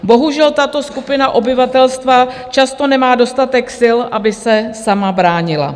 Bohužel, tato skupina obyvatelstva často nemá dostatek sil, aby se sama bránila.